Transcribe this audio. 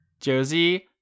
Josie